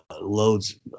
loads